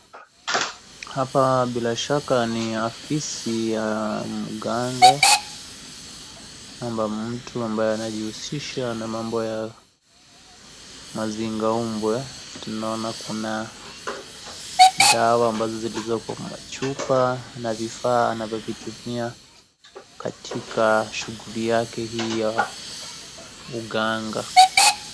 Hapa bilashaka ni afisi ya mganga, ama mtu ambaye anajihusisha na mambo ya, mazingaombwe tunaona kuna dawa ambazo zilizopo kwa chupa na vifaa anavyovitumia katika shughuli yake hii ya uganga.